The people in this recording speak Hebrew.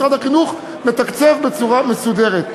משרד החינוך מתקצב בצורה מסודרת.